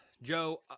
Joe